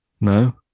No